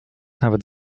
nawet